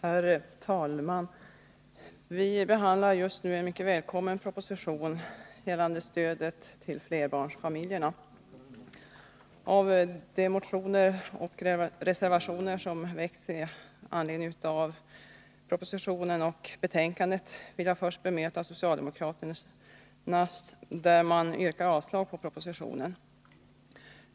Herr talman! Vi behandlar nu en mycket välkommen proposition gällande stöd till flerbarnsfamiljerna. Av de motioner som har väckts i anledning av propositionen vill jag först bemöta socialdemokraternas motioner, där man yrkar avslag på propositionen.